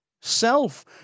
self